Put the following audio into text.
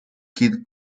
kid